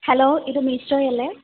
hello ഇത് മിഷോ അല്ലേ